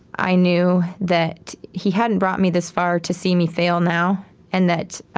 i knew that he hadn't brought me this far to see me fail now and that